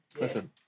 Listen